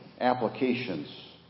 applications